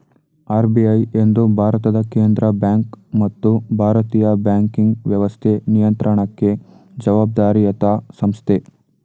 RBI ಎಂದು ಭಾರತದ ಕೇಂದ್ರ ಬ್ಯಾಂಕ್ ಮತ್ತು ಭಾರತೀಯ ಬ್ಯಾಂಕಿಂಗ್ ವ್ಯವಸ್ಥೆ ನಿಯಂತ್ರಣಕ್ಕೆ ಜವಾಬ್ದಾರಿಯತ ಸಂಸ್ಥೆ